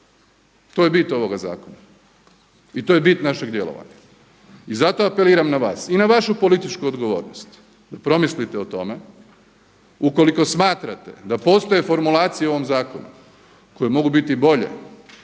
To je bit ovoga zakona. I to je bit našeg djelovanja. I zato apeliram na vas i na vašu političku odgovornost promislite o tome. Ukoliko smatrate da postoje formulacije u ovom zakonu koje mogu biti i bolje,